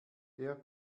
der